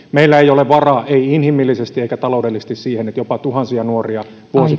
meillä ei ole varaa ei inhimillisesti eikä taloudellisesti siihen että jopa tuhansia nuoria vuosittain